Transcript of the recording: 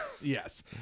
Yes